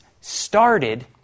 started